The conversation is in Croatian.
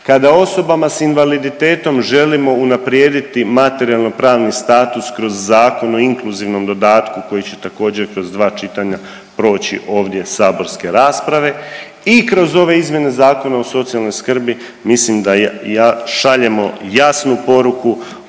kada osobama sa invaliditetom želimo unaprijediti materijalno-pravni status kroz Zakon o inkluzivnom dodatku koji također kroz dva čitanja proći ovdje saborske rasprave i kroz ove izmjene Zakona o socijalnoj skrbi mislim da šaljemo jasnu poruku koliko nam